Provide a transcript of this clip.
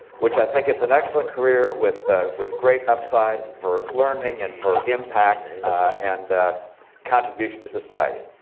which i think is an excellent career with ah with great upside for learning and for impact and contribution to society.